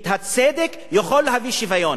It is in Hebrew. הצדק יכול להביא שוויון,